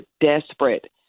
desperate